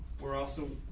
we're also,